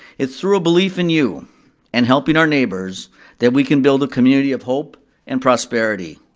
it's through a belief in you and helping our neighbors that we can build a community of hope and prosperity.